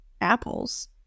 apples